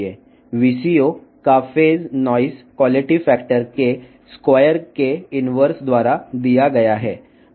VCO యొక్క phase noise నాణ్యత కారకం యొక్క చదరపు విలోమం ద్వారా ఇవ్వబడుతుంది